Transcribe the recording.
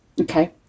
okay